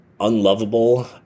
unlovable